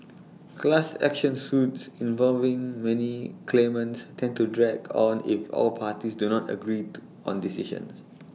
class action suits involving many claimants tend to drag on if all parties do not agree to on decisions